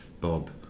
Bob